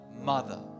mother